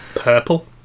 Purple